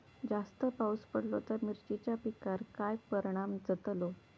जास्त पाऊस पडलो तर मिरचीच्या पिकार काय परणाम जतालो?